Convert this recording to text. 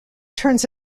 turns